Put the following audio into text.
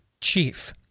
Chief